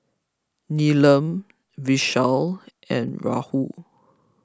Neelam Vishal and Rahul